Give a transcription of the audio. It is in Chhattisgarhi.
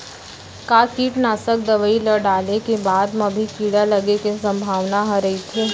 का कीटनाशक दवई ल डाले के बाद म भी कीड़ा लगे के संभावना ह रइथे?